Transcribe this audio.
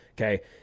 okay